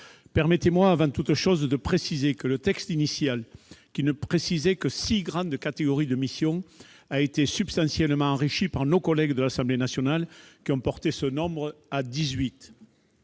Permettez-moi, avant toute chose, d'indiquer que le texte initial, qui ne comprenait que six grandes catégories de missions, a été substantiellement enrichi par nos collègues de l'Assemblée nationale, qui ont porté ce nombre à